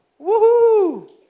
woohoo